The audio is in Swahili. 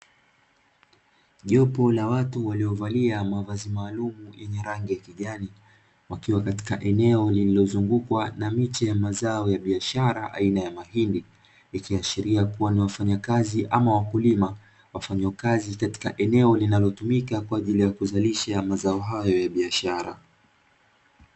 Jopu la watu waliovalia mavazi maalumu yenye rangi ya kijani, wakiwa katika eneo lililozungukwa na miche ya mazao ya biashara aina ya mahindi. Ikiashiria kuwa ni wafanyakazi ama wakulima wafanyao kazi katika eneo linalotumika kwa ajili ya kuzalisha mazao hayo ya biashara.